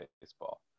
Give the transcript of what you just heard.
baseball